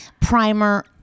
primer